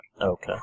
Okay